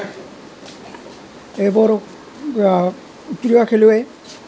এইবোৰ ক্ৰীড়া খেলুৱৈ